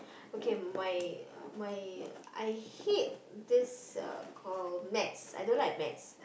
okay my my I hate this uh call maths I don't like maths